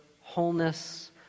wholeness